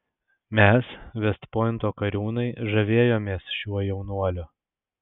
mes vest pointo kariūnai žavėjomės šiuo jaunuoliu